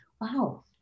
wow